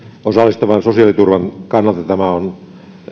osallistavan sosiaaliturvan kannalta tämä on